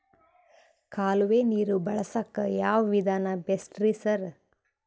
ಕಾಲುವೆ ನೀರು ಬಳಸಕ್ಕ್ ಯಾವ್ ವಿಧಾನ ಬೆಸ್ಟ್ ರಿ ಸರ್?